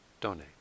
donate